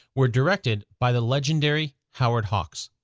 were directed by the legendary howard hawks.